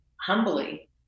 humbly